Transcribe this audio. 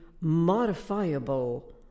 modifiable